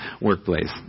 workplace